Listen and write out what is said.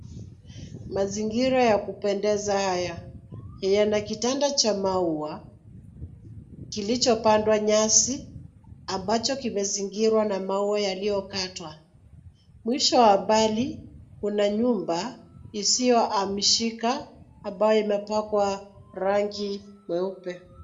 Mazingira ya kupendeza haya yana kitanda cha maua kilichopandwa nyasi ambacho kimezingirwa na maua yaliyokatwa. Mwisho wa mbali kuna nyumba isiyohamishika ambayo imepakwa rangi mweupe.